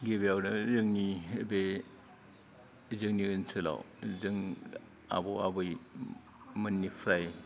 गिबियावनो जोंनि बे जोंनि ओनसोलाव जों आबौ आबैमोननिफ्राय